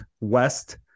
west